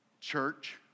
Church